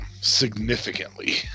significantly